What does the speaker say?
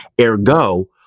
Ergo